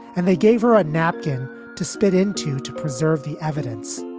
and they gave her a napkin to spit into. to preserve the evidence.